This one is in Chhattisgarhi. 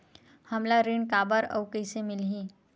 हमला ऋण काबर अउ कइसे मिलही?